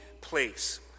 place